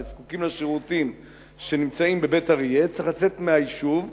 שזקוק לשירותים שנמצאים בבית-אריה צריך לצאת מהיישוב,